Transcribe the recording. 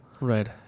Right